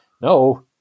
no